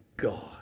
God